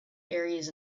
areas